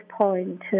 Point